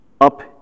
up